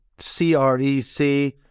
CREC